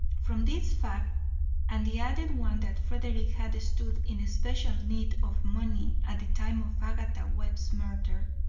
from this fact and the added one that frederick had stood in special need of money at the time of agatha webb's murder,